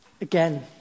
again